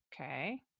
Okay